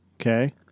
okay